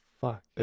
fuck